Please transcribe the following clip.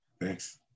Thanks